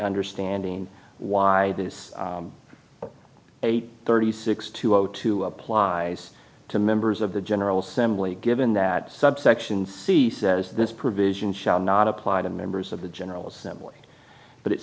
understanding why this eight thirty six two zero two applies to members of the general assembly given that subsection c says this provision shall not apply to members of the general assembly but it